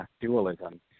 dualism